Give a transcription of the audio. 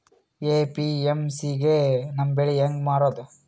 APMC ಗೆ ನಮ್ಮ ಬೆಳಿ ಹೆಂಗ ಮಾರೊದ?